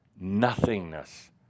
nothingness